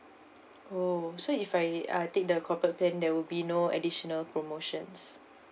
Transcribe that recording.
oh so if I uh take the corporate plan there will be no additional promotions